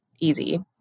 easy